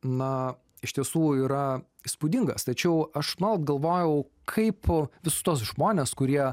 na iš tiesų yra įspūdingas tačiau aš nuolat galvojau kaip po visus tuos žmones kurie